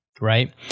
Right